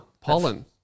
pollen